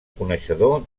coneixedor